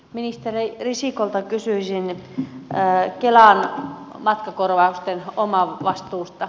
ministeri risikolta kysyisin kelan matkakorvausten omavastuusta